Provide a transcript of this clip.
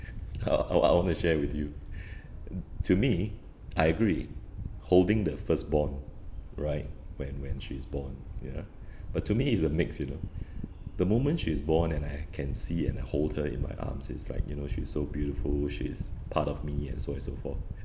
I I want to share with you to me I agree holding the firstborn right when when she is born ya but to me it's a mix you know the moment she is born and I can see and hold her in my arms it's like you know she's so beautiful she is part of me and so on and so forth